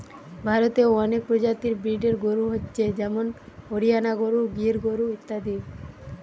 ভারতে অনেক প্রজাতির ব্রিডের গরু হচ্ছে যেমন হরিয়ানা গরু, গির গরু ইত্যাদি